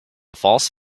false